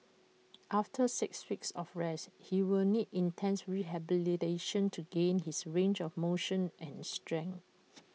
after six weeks of rest he will need intense rehabilitation to regain his range of motion and strength